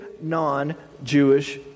non-Jewish